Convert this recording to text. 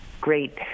great